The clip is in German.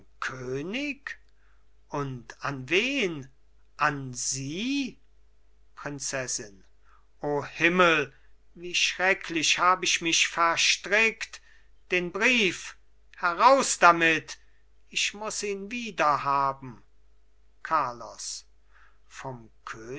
könig und an wen an sie prinzessin o himmel wie schrecklich hab ich mich verstrickt den brief heraus damit ich muß ihn wiederhaben carlos vom